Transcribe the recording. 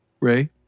Ray